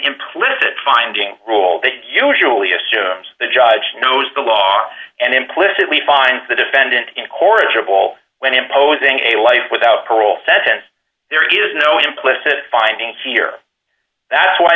implicit finding a rule that usually assumes the judge knows the law and implicitly find the defendant corrigible when imposing a life without parole sentence there is no implicit findings here that's why